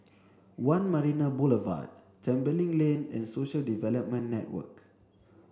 One Marina Boulevard Tembeling Lane and Social Development Network